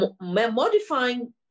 modifying